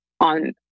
on